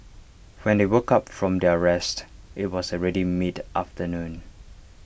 when they woke up from their rest IT was already mid afternoon